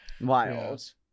wild